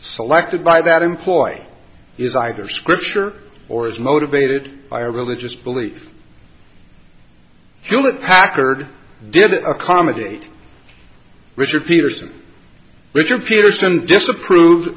selected by that employ is either scripture or is motivated by a religious belief hewlett packard didn't accommodate richard peterson richard peterson disapprove